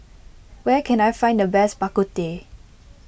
where can I find the best Bak Kut Teh